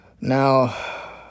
Now